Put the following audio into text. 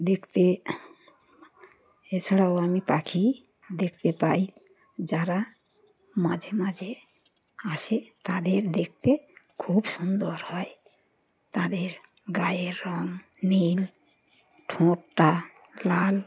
দেখতে এছাড়াও আমি পাখি দেখতে পাই যারা মাঝে মাঝে আসে তাদের দেখতে খুব সুন্দর হয় তাদের গায়ের রঙ নীল ঠোঁটটা লাল